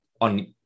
on